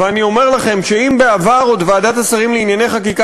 ואני אומר לכם שאם בעבר ועדת השרים לענייני חקיקה